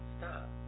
Stop